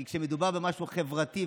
כי כשמדובר במשהו חברתי,